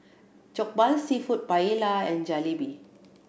Jokbal Seafood Paella and Jalebi